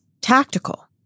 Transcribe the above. tactical